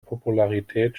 popularität